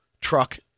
truck